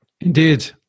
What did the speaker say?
Indeed